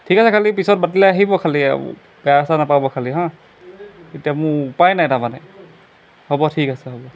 ঠিক আছে খালি পিছত মাতিলে আহিব খালি আৰু বেয়া চেয়া নাপাব খালী হা এতিয়া মোৰ উপাই নাই তাৰমানে হ'ব ঠিক আছে হ'ব